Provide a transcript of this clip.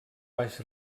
baix